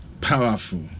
Powerful